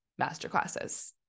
masterclasses